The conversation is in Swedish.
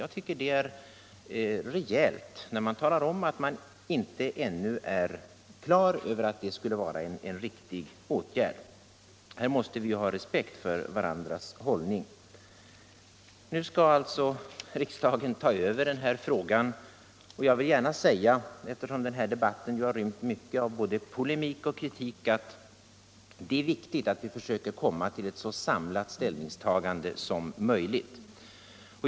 Jag tycker det är rejält när man talar om att man ännu inte är klar över att det skulle vara en riktig åtgärd. Här måste vi ha respekt för varandras hållning. Nu skall alltså riksdagen ta över den här frågan, och jag vill gärna säga, eftersom debatten ju rymt mycket av både polemik och kritik, att det är viktigt att vi försöker komma till ett så samlat ställningstagande som möjligt.